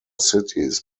cities